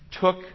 took